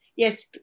Yes